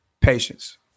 patience